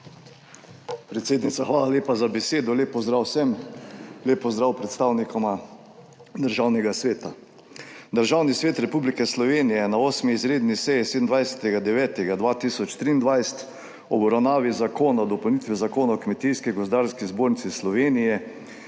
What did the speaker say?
Predsednica, hvala lepa za besedo. Lep pozdrav vsem, lep pozdrav predstavnikoma Državnega sveta! Državni svet Republike Slovenije je na 8. izredni seji 27. 9. 2023 ob obravnavi Zakona o dopolnitvi Zakona o Kmetijsko gozdarski zbornici Slovenije